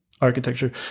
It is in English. architecture